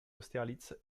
austerlitz